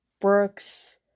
Brooks